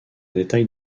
détail